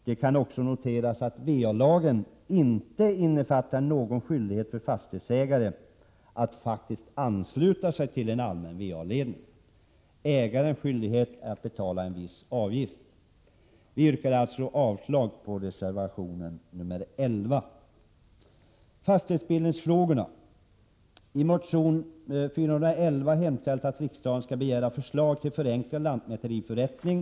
Det kan också noteras att va-lagen inte innefattar någon skyldighet för fastighetsägare att ansluta sig till en allmän va-anläggning. Ägarens skyldighet är att betala en viss avgift. Jag yrkar avslag på reservation 11. När det gäller fastighetsbildningsfrågor hemställs i motion Bo411 att riksdagen hos regeringen skall begära förslag till förenklad lantmäteriförrättning.